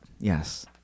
Yes